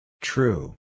True